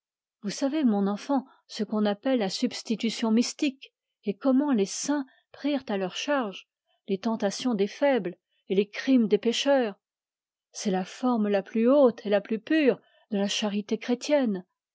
vous savez mon enfant ce qu'on appelle la substitution mystique et comment les saints prirent à leur charge les tentations des faibles et les crimes des pécheurs c'est la forme la plus haute et la plus pure de la charité chrétienne